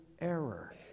error